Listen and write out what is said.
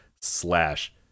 slash